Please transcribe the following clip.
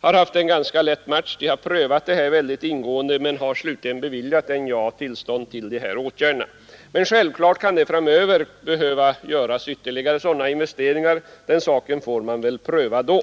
haft en ganska lätt match. Verket har prövat frågan mycket ingående men har slutligen givit NJA tillstånd till de föreslagna åtgärderna. Men självfallet kan det framöver behöva göras ytterligare investeringar av detta slag. Den saken får väl då tas upp till prövning.